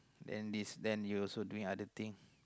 then this then you also doing other thing